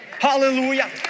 Hallelujah